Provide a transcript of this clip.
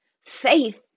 faith